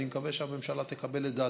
ואני מקווה שהממשלה תקבל את דעתי,